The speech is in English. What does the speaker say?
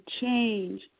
change